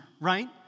right